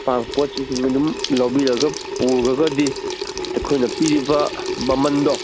ꯑꯄꯥꯝꯕ ꯄꯣꯠ ꯆꯩꯁꯤꯡ ꯑꯗꯨꯝ ꯂꯧꯕꯤꯔꯒ ꯄꯨꯈ꯭ꯔꯒꯗꯤ ꯑꯨꯈꯣꯏꯅ ꯄꯤꯔꯤꯕ ꯃꯃꯟꯗꯣ